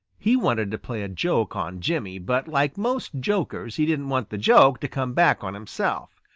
he wanted to play a joke on jimmy, but like most jokers he didn't want the joke to come back on himself.